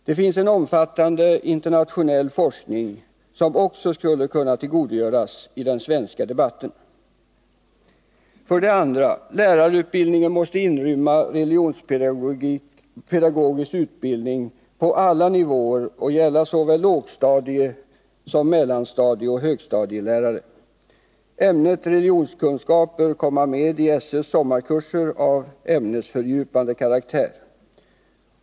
Det finns en omfattande internationell forskning, som också skulle kunna tillgodogöras i den svenska debatten. 2. Lärarutbildningen måste inrymma religionspedagogisk utbildning på alla nivåer och gälla såväl lågstadiesom mellanstadieoch högstadielärare. Ämnet religionskunskap bör komma med i SÖ:s sommarkurser av ämnesfördjupande karaktär.